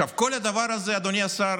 את כל הדבר הזה, אדוני השר,